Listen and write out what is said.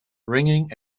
ringing